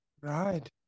Right